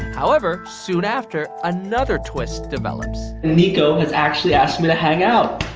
however, soon after, another twist develops. nico has actually asked me to hang out.